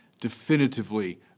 definitively